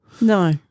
No